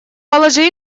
положи